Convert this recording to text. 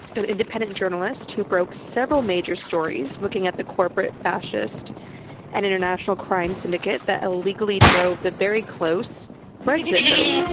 an independent journalist who broke several major stories looking at the corporate fascist and international crime syndicate that illegally drove the very close brexit vote.